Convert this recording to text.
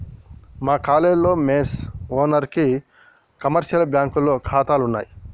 మా కాలేజీలో మెస్ ఓనర్లకి కమర్షియల్ బ్యాంకులో ఖాతాలున్నయ్